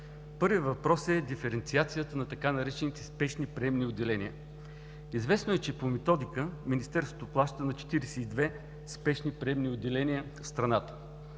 Първият въпрос е диференциацията на така наречените „спешни приемни отделения“. Известно е, че по методика Министерството плаща на 42 спешни приемни отделения в страната.